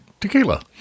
tequila